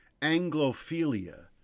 Anglophilia